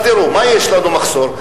אז תראו, במה יש לנו מחסור?